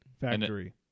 Factory